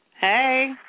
Hey